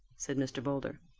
said mr. boulder.